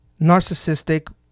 narcissistic